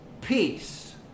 peace